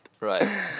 right